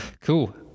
Cool